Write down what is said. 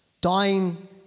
dying